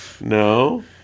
No